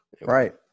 right